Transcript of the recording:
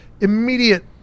immediate